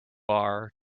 are